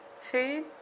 food